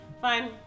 Fine